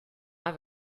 have